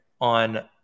on